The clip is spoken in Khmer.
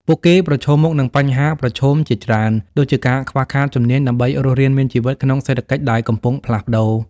ពួកគេប្រឈមមុខនឹងបញ្ហាប្រឈមជាច្រើន ដូចជាការខ្វះខាតជំនាញដើម្បីរស់រានមានជីវិតក្នុងសេដ្ឋកិច្ចដែលកំពុងផ្លាស់ប្តូរ។